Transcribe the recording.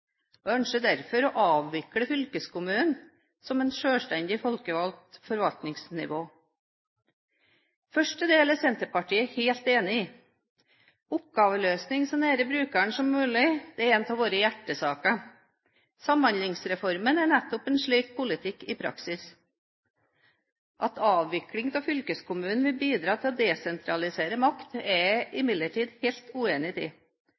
mulig, og ønsker derfor å avvikle fylkeskommunen som et selvstendig folkevalgt forvaltningsnivå. Første del er Senterpartiet helt enig i. Oppgaveløsning så nærme brukeren som mulig er en av våre hjertesaker. Samhandlingsreformen er nettopp en slik politikk i praksis. At avvikling av fylkeskommunen vil bidra til å desentralisere makt, er jeg imidlertid helt uenig i.